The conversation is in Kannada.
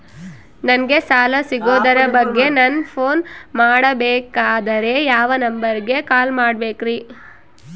ನಂಗೆ ಸಾಲ ಸಿಗೋದರ ಬಗ್ಗೆ ನನ್ನ ಪೋನ್ ಮಾಡಬೇಕಂದರೆ ಯಾವ ನಂಬರಿಗೆ ಕಾಲ್ ಮಾಡಬೇಕ್ರಿ?